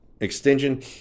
extension